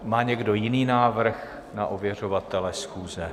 Má někdo jiný návrh na ověřovatele schůze?